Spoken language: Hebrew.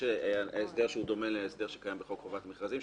הוא ההסדר שדומה להסדר שקיים בחוק חובת מכרזים,